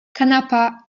kanapa